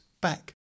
back